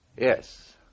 Yes